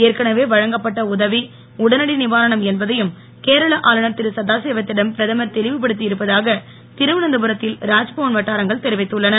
ஏற்கனவே வழங்கப்பட்ட உதவி உடனடி நிவாரணம் என்பதையும் கேரள ஆளுநர் திரு சதாசிவத்திடம் பிரதமர் தெளிவுபடுத்தி இருப்பதாக திருவனந்தபுரத்தில் ராத்பவன் வட்டாரங்கள் தெரிவித்துள்ளன